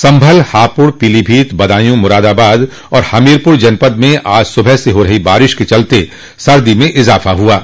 संभल हापुड पीलीभीत बदायूं मुरादाबाद और हमीरपुर जनपद में आज सुबह से हो रही बारिश के चलते सर्दी में इजाफा हुआ है